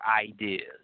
ideas